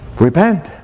Repent